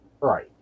Right